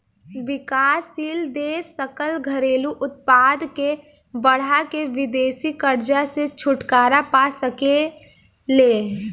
विकासशील देश सकल घरेलू उत्पाद के बढ़ा के विदेशी कर्जा से छुटकारा पा सके ले